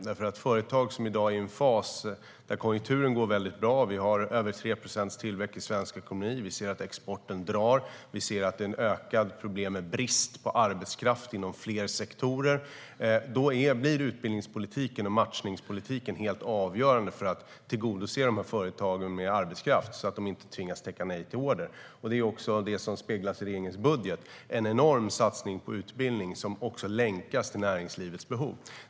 När vi har företag som i dag är i en fas där konjunkturen går mycket bra - vi har över 3 procents tillväxt i svensk ekonomi, vi ser att exporten drar och vi ser att det är ökade problem med brist på arbetskraft inom flera sektorer - blir utbildningspolitiken och matchningspolitiken helt avgörande för att tillgodose dessa företag med arbetskraft, så att de inte tvingas tacka nej till order. Det är också detta som speglas i regeringens budget, där det görs en enorm satsning på utbildning som också länkas till näringslivets behov.